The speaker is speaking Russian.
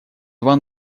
два